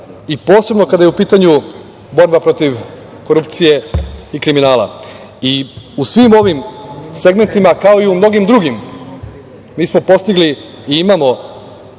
i posebno kada je u pitanju borba protiv korupcije i kriminala.U svim ovim segmentima, kao i u mnogim drugim, mi smo postigli i imamo